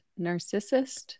Narcissist